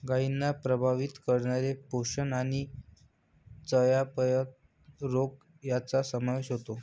गायींना प्रभावित करणारे पोषण आणि चयापचय रोग यांचा समावेश होतो